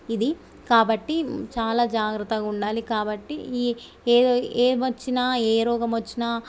ఇది కాబట్టి చాలా జాగ్రత్తగా ఉండాలి కాబట్టి ఈ ఏ ఏవి వచ్చినా ఏ రోగం వచ్చినా